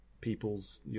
people's